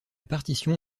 partition